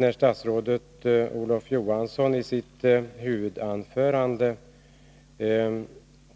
När statsrådet Olof Johansson i sitt huvudanförande